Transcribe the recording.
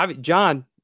John